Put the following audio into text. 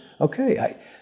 okay